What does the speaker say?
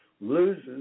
loses